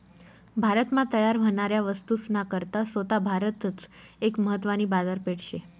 भारत मा तयार व्हनाऱ्या वस्तूस ना करता सोता भारतच एक महत्वानी बाजारपेठ शे